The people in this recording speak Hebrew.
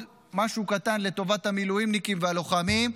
משהו קטן לטובת המילואימניקים והלוחמים,